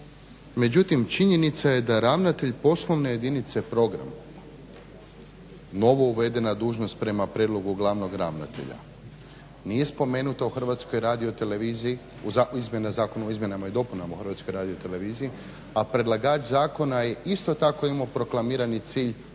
međutim činjenica je da ravnatelj poslovene jedinice programa, novo uvedene dužnost prema prijedlogu glavnog ravnatelja nije spomenuta u HRT-u u izmjenama i dopunama Zakona o HRT-u, a predlagač zakona je isto tako imao proklamirati cilj